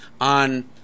on